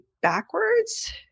backwards